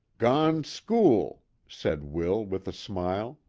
gone school said will, with a smile,